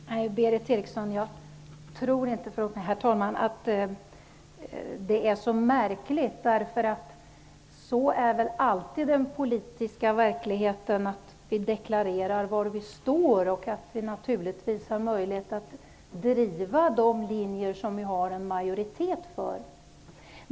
Herr talman! Nej, Berith Eriksson, jag tror inte att det är så märkligt. Så är det väl alltid i den politiska verkligheten att vi deklarerar var vi står och att vi naturligtvis har möjlighet att driva de linjer som vi har en majoritet för.